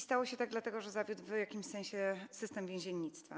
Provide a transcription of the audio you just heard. Stało się tak dlatego, że zawiódł w jakimś sensie system więziennictwa.